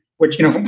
which, you know,